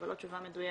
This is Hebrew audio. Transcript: אבל לא תשובה מדויקת.